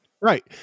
Right